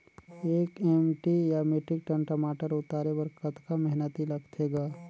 एक एम.टी या metric ton टमाटर उतारे बर कतका मेहनती लगथे ग?